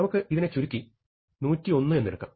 നമുക്ക് ഇതിനെ ചുരുക്കി 101 എന്നെടുക്കാം